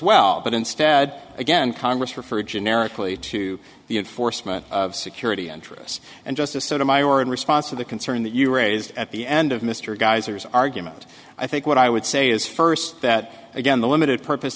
well but instead again congress referred generically to the enforcement of security interests and justice sotomayor in response to the concern that you raised at the end of mr geysers argument i think what i would say is first that again the limited purpose